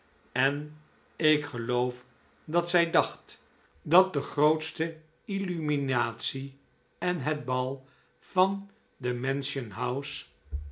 en ik geloof dat zij dacht dat de grootsche illuminatie en het bal van de mansion house